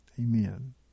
Amen